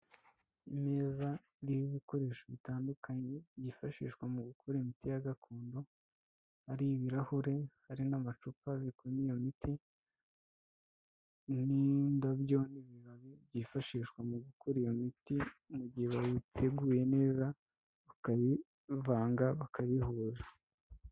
Imeza iriho bikoresho bitandukanye byifashishwa mu gukora imiti ya gakondo, hari ibirahure hari n'amacupa abikwamo iyo miti, n'indabyo n'ibibabi byifashishwa mu gukora iyo miti mu gihe bayiteguye neza bakabivanga bakabihuza.